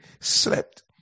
slept